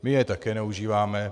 My je také neužíváme.